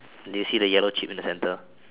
do you see the yellow chip in the center